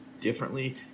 differently